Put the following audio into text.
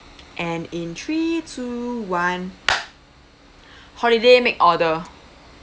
and in three two one holiday make order